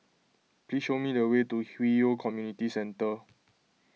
please show me the way to Hwi Yoh Community Centre